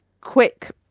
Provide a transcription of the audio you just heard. quick